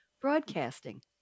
broadcasting